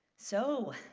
so,